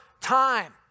time